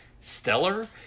stellar